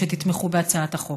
שתתמכו בהצעת החוק.